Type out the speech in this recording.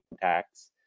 tax